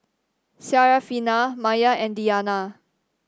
Syarafina Maya and Diyana